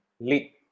lead